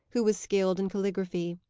who was skilled in caligraphy.